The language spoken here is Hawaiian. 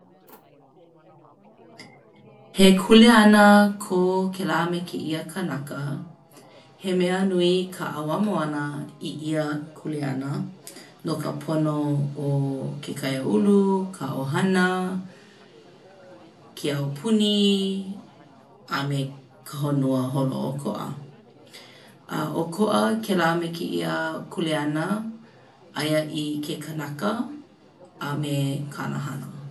He kuleana ko kēlā me kēia kānaka. He mea nui ka ʻauamo ʻana i ia kuleana no ka pono o ke kaiāulu, ka ʻohana, ke aupuni a me ka honua holoʻokoʻa. ʻOkoʻa kēlā me kēīa kuleana aia i ke kanaka a me kāna hana.